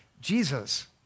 Jesus